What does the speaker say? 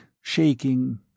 shaking